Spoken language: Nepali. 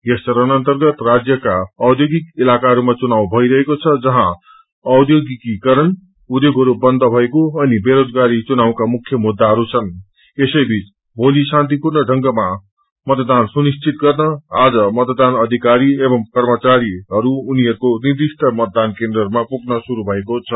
यस चरण अर्न्तगत राज्यका औध्योगिक इलकाहरूमा चुनावभइरहेको छ जहाँ औध्योगिकरण उध्योगहरू बन्द भएको अनि बोरोजगारी चुनावका मुख्य मुद्दाहरू छनृ यसैबीच भोलि शान्तिपूर्ण ढंगमा भोलि मतदान सुनिश्चित गर्न आज मतदान अधिकारी एवं कर्मचारी उनीहरूको निर्दिष्ट मतदान केन्द्रहरूमा पुग्न शुरू भएको छ